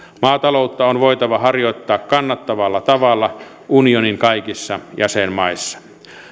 maataloutta on voitava harjoittaa kannattavalla tavalla unionin kaikissa jäsenmaissa